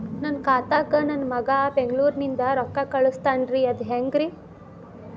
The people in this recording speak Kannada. ನನ್ನ ಖಾತಾಕ್ಕ ನನ್ನ ಮಗಾ ಬೆಂಗಳೂರನಿಂದ ರೊಕ್ಕ ಕಳಸ್ತಾನ್ರಿ ಅದ ಹೆಂಗ್ರಿ?